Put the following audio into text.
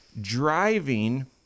driving